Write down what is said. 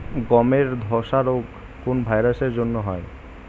গমের ধসা রোগ কোন ভাইরাস এর জন্য হয়?